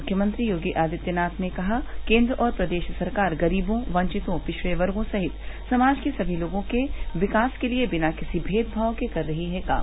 मुख्यमंत्री योगी आदित्यनाथ ने कहा केन्द्र और प्रदेश सरकार गरीबों वंवितों पिछड़े वर्गो सहित समाज के समी लोगों के विकास के लिए बिना किसी भेदभाव के कर रही है काम